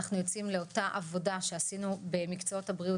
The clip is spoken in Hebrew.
אנחנו יוצאים לאותה עבודה שעשינו במקצועות הבריאות,